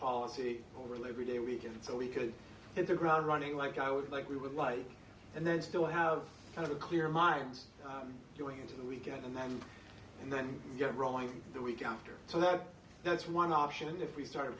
policy over labor day weekend so we could hit the ground running like i would like we would like and then still have kind of clear minds going into the weekend and then and then get rolling the week after so that that's one option and if we start